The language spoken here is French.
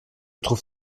trouve